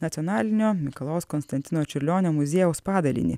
nacionalinio mikalojaus konstantino čiurlionio muziejaus padalinį